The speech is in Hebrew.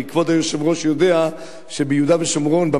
כי כבוד היושב-ראש יודע שביהודה ושומרון,